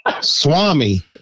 Swami